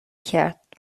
کرد